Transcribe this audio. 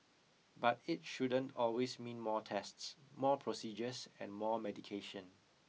but it shouldn't always mean more tests more procedures and more medication